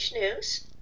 News